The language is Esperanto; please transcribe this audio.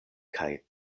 kaj